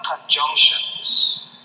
conjunctions